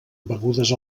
begudes